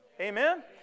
Amen